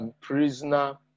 Prisoner